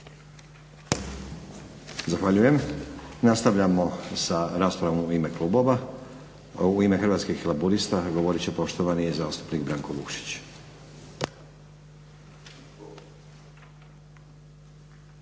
Zahvaljujem. Nastavljamo sa raspravom u ime klubova. U ime Hrvatskih laburista govorit će poštovani zastupnik Branko Vukšić.